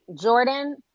Jordan